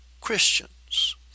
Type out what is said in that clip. Christians